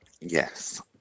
Yes